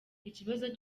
ikibazo